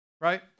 Right